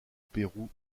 pérou